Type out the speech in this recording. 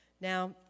Now